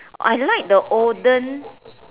I like the olden